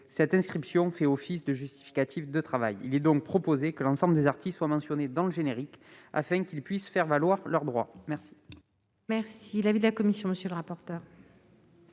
cette inscription fait office de justificatif de travail. Il est donc proposé que l'ensemble des artistes soit mentionné au générique afin qu'ils puissent faire valoir leurs droits. Quel est l'avis de la commission ? Il s'agit